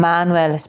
Manuel